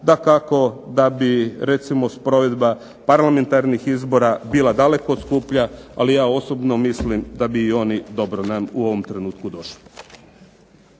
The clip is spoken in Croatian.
dakako da bi recimo sprovedba parlamentarnih izbora bila daleko skuplja ali ja osobno mislim da bi oni dobro nam u ovom trenutku došli.